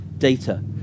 data